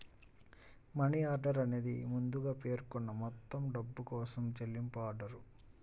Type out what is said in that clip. money order అనేది ముందుగా పేర్కొన్న మొత్తం డబ్బు కోసం చెల్లింపు ఆర్డర్